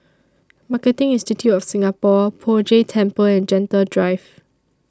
Marketing Institute of Singapore Poh Jay Temple and Gentle Drive